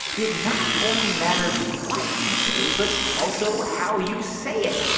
it not only matters what you say but also how you say it.